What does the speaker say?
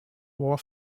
war